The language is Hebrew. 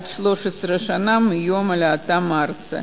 עד 13 שנה מיום עלייתם ארצה.